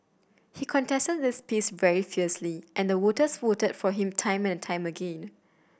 he contested this piece very fiercely and the voters voted for him time and time again